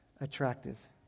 attractive